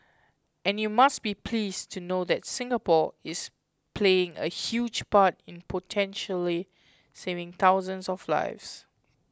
and you must be pleased to know that Singapore is playing a huge part in potentially saving thousands of lives